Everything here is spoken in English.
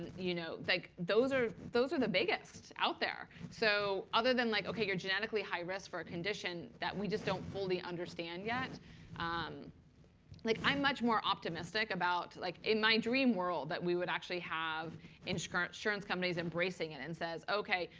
you know like those are those are the biggest out there. so other than like, ok, you're genetically high risk for a condition that we just don't fully understand yet um like i'm much more optimistic about, like in my dream world, that we would actually have insurance insurance companies embracing it, and says, ok,